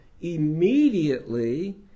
immediately